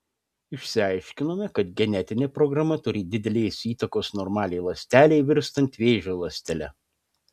išsiaiškinome kad genetinė programa turi didelės įtakos normaliai ląstelei virstant vėžio ląstele